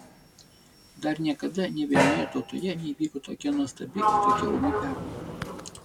dar niekada nė vienoje tautoje neįvyko tokia nuostabi ir tokia ūmi permaina